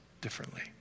differently